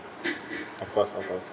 of course of course